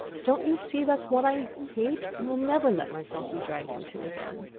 don't you see that's what i hate, and will never let myself be dragged into again?